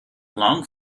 long